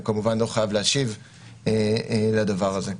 הוא כמובן לא חייב להשיב לדבר הזה.